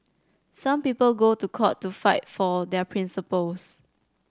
some people go to court to fight for their principles